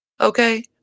Okay